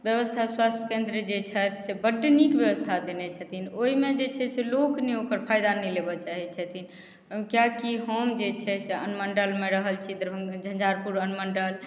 व्यवस्था स्वास्थ्य केन्द्र जे छथि से बड्ड नीक व्यवस्था देने छथिन ओहिमे जे छै से लोक नहि ओकर फायदा नहि लेबऽ चाहे छथिन कियाकि हम जे छै से अनुमण्डलमे रहल छी दरभंग झँझारपुर अनुमण्डल